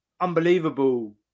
unbelievable